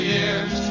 Year's